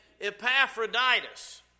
Epaphroditus